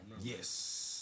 Yes